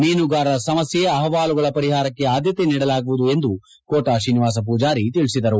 ಮೀನುಗಾರರ ಸಮಸ್ಯೆ ಅಹವಾಲುಗಳ ಪರಿಹಾರಕ್ಕೆ ಆದ್ಯತೆ ನೀಡಲಾಗುವುದು ಎಂದು ಕೋಟಾ ಶ್ರೀನಿವಾಸ ಪೂಜಾರಿ ತಿಳಿಸಿದರು